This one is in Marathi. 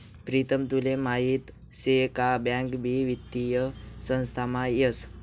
प्रीतम तुले माहीत शे का बँक भी वित्तीय संस्थामा येस